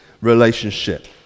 relationship